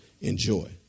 enjoy